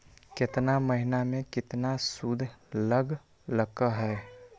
केतना महीना में कितना शुध लग लक ह?